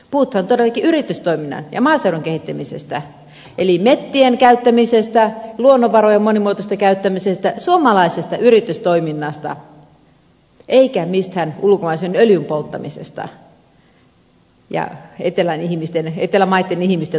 puhutaan todellakin yritystoiminnan ja maaseudun kehittämisestä eli metsien käyttämisestä luonnonvarojen monimuotoisesta käyttämisestä suomalaisesta yritystoiminnasta eikä mistään ulkomaisen öljyn polttamisesta ja etelän maitten ihmisten tukemisesta